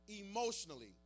emotionally